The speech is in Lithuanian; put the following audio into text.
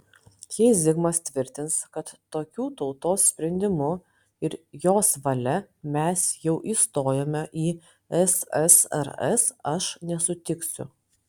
jei zigmas tvirtins kad tokiu tautos sprendimu ir jos valia mes jau įstojome į ssrs aš nesutiksiu